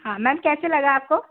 हाँ मैम कैसे लगा आपको